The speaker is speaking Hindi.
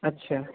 अच्छा